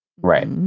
Right